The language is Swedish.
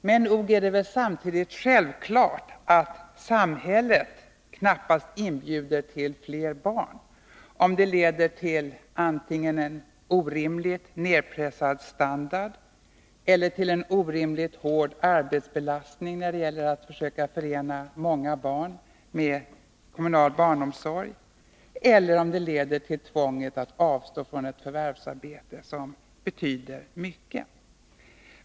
Men nog är det väl samtidigt självklart att samhället knappast inbjuder till fler barn — om det leder till en orimligt nedpressad standard eller till en orimligt hård arbetsbelastning när det gäller att försöka förena många barn med kommunal barnomsorg, eller om det leder till tvånget att avstå från ett förvärvsarbete som betyder mycket.